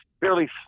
barely